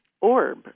orb